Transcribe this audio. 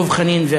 דב חנין,